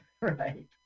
Right